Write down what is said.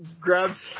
grabs